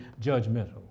judgmental